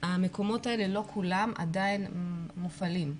המקומות האלה לא כולם עדיין מופעלים.